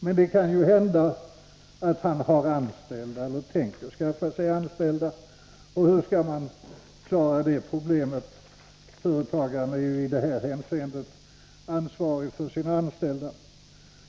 Men det kan ju hända att han har anställda eller tänker skaffa sig anställda. Hur skall man klara det problemet? Företagaren är ju i det här hänseendet ansvarig för sina anställda.